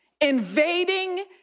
invading